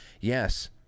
Yes